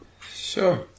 Sure